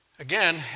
Again